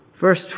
Verse